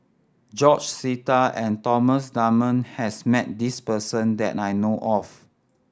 George Sita and Thomas Dunman has met this person that I know of